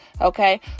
Okay